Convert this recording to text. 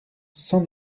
sans